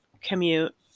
commute